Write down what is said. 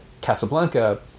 Casablanca